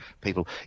people